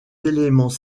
éléments